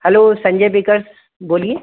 hello Sanjay bakers बोलिए